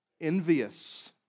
Envious